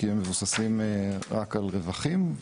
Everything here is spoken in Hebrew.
כי הם מבוססים רק על רווחים.